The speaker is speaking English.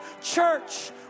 Church